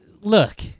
look